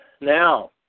Now